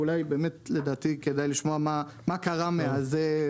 שלדעתי אולי באמת כדאי לשמוע מה קרה מאז.